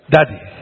Daddy